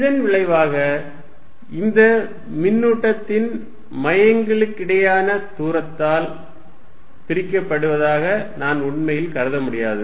இதன் விளைவாக இந்த மின்னூட்டத்தின் மையங்களுக்கிடையேயான தூரத்தால் பிரிக்கப்படுவதாக நான் உண்மையில் கருதமுடியாது